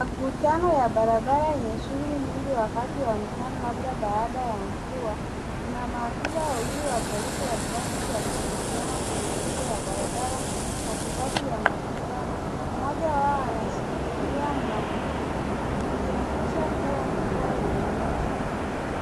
Makutano ya barabara yenye shuguli nyingi wakati wa mchana labda baada ya mvua, kuna maafisa wawili wa trafiki wakiwa wamesimama kwenye kingo ya barabara katikati ya makutano. mmoja wao anshakilia mwavuli ikionyesha kuwa mvua imenyesha.